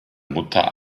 mutter